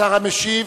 השר המשיב,